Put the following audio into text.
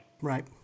right